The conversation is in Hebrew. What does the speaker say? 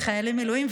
וחיילי מילואים,